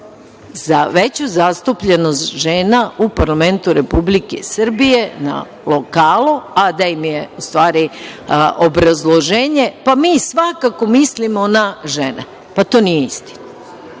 za veću zastupljenost žena u parlamentu Republike Srbije na lokalu, a da im je u stvari obrazloženje - pa, mi svakako mislimo na žene. To nije istina. Da